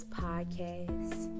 podcast